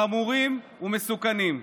חמורים ומסוכנים.